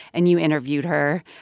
and you interviewed her.